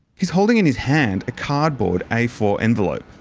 he's holding in his hand a cardboard a four envelope.